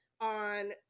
on